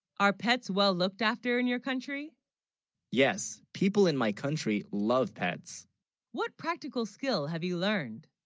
our pets, well looked after in your country yes people in my country love pets what practical skill have you learned